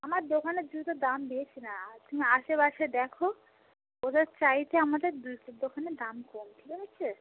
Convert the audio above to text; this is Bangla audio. আমার দোকানের জুতোর দাম বেশি না তুমি আশেপাশে দ্যাখো ওদের চাইতে আমাদের দোকানে দাম কম ঠিক আছে